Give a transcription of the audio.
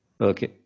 okay